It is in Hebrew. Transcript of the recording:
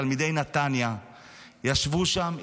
תלמידי נתניה ישבו שם,